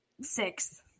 six